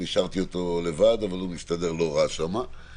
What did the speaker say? השארתי אותו לבד, אבל הוא מסתדר לא רע שם.